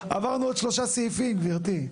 עברנו עוד שלושה סעיפים גברתי.